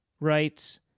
rights